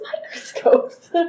microscopes